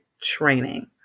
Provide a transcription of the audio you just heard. training